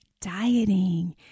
dieting